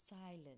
silent